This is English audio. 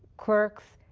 clerks,